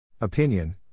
Opinion